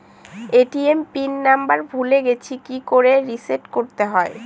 ATM pin number ভুলে গেছি কি করে রিসেট করতে হয়?